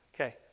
Okay